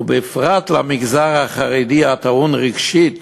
ובפרט למגזר החרדי, הטעון רגשית